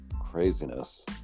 Craziness